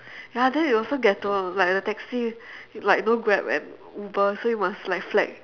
ya then it was so ghetto like the taxi like no grab and uber so you must like flag